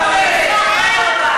בבקשה.